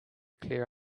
clear